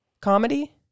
Comedy